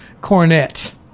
cornet